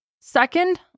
second